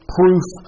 proof